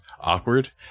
awkward